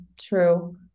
true